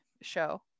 show